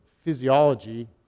physiology